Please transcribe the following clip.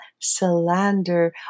Salander